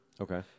okay